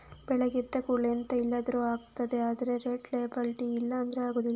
ಬೆಳಗ್ಗೆ ಎದ್ದ ಕೂಡ್ಲೇ ಎಂತ ಇಲ್ದಿದ್ರೂ ಆಗ್ತದೆ ಆದ್ರೆ ರೆಡ್ ಲೇಬಲ್ ಟೀ ಇಲ್ಲ ಅಂದ್ರೆ ಆಗುದಿಲ್ಲ